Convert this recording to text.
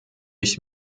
ich